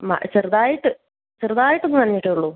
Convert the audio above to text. ചെറുതായിട്ട് ചെറുതായിട്ടൊന്ന് നനഞ്ഞിട്ടേ ഉള്ളൂ